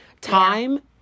Time